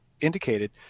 indicated